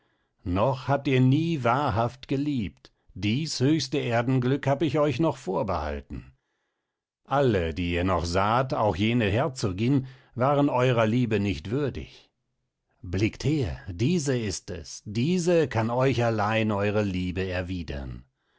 noch habt ihr nie wahrhaft geliebt dieß höchste erdenglück hab ich euch noch vorbehalten alle die ihr noch saht auch jene herzogin waren eurer liebe nicht würdig blickt her diese ist es diese kann auch allein eure liebe erwiedern